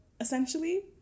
essentially